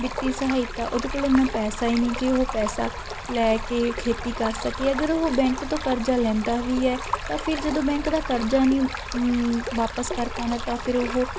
ਵਿੱਤੀ ਸਹਾਇਤਾ ਉਹਦੇ ਕੋਲ ਇੰਨਾ ਪੈਸਾ ਹੀ ਨਹੀਂ ਕਿ ਉਹ ਪੈਸਾ ਲੈ ਕੇ ਖੇਤੀ ਕਰ ਸਕੇ ਅਗਰ ਉਹ ਬੈਂਕ ਤੋਂ ਕਰਜ਼ਾ ਲੈਂਦਾ ਵੀ ਹੈ ਤਾਂ ਫਿਰ ਜਦੋਂ ਬੈਂਕ ਦਾ ਕਰਜ਼ਾ ਨਹੀਂ ਵਾਪਸ ਕਰ ਪਾਉਂਦਾ ਤਾਂ ਫਿਰ ਉਹ